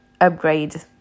upgrade